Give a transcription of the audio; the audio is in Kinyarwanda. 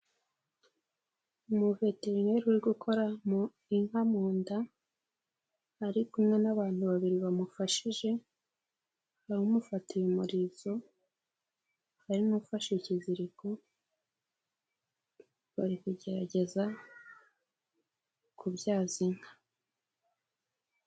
Umuveterine uri gukora inka mu nda, ari kumwe n'abantu babiri bamufashije, bamufatiye umurizo, hari n'ufashe ikiziriko, bari kugerageza, kubyaza inka.